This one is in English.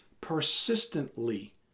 persistently